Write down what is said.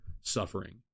suffering